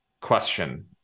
question